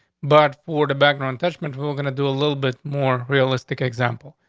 but for the background touch mint, we're gonna do a little bit more realistic. example.